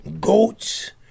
goats